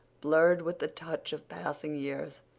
blurred with the touch of passing years.